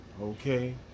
okay